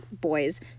boys